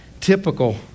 typical